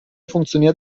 funktioniert